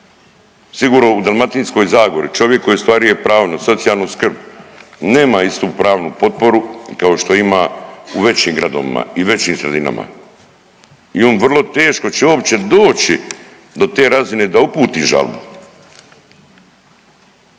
Sigurno u Dalmatinskoj zagori čovik koji ostvaruje pravo na socijalnu skrb nema istu pravnu potporu kao što ima u većim gradovima i većim sredinama i on vrlo teško će uopće doći do te razine da uputi žalbu,